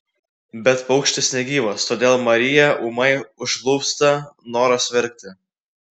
bet paukštis negyvas todėl mariją ūmai užplūsta noras verkti